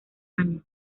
año